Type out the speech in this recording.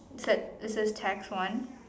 said it says tax one